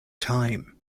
time